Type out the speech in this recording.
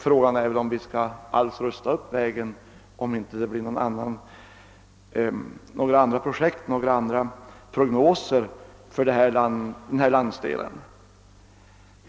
Frågan är väl om vi alls bör rusta upp vägen, om det inte blir några andra prognoser för den här landsdelen.